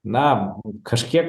na kažkiek